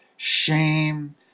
shame